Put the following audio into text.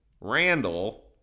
Randall